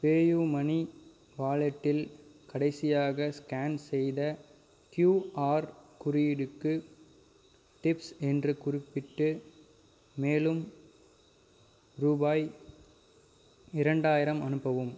PayUmoney வாலெட்டில் கடைசியாக scan செய்த கியூஆர் குறியீடுக்கு டிப்ஸ் என்று குறிப்பிட்டு மேலும் ரூபாய் இரண்டாயிரம் அனுப்பவும்